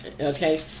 Okay